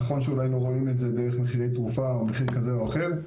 נכון שאולי לא רואים את זה דרך מחירי תרופה או מחיר כזה או אחר,